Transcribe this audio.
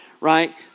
right